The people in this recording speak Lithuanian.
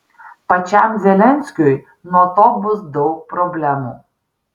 pačiam zelenskiui nuo to bus daug problemų